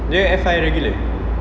dia F_I regular